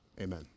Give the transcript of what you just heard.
amen